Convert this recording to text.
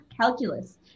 calculus